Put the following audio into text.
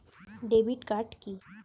Debit card কি?